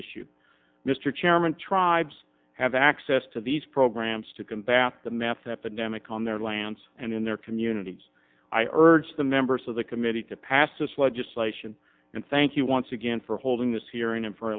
issue mr chairman tribes have access to these programs to combat the meth epidemic on their lands and in their communities i urge the members of the committee to pass this legislation and thank you once again for holding this hearing